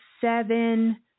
seven